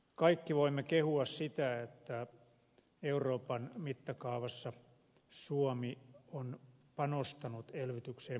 kaikki voimme kehua sitä että euroopan mittakaavassa suomi on panostanut elvytykseen maksimaalisesti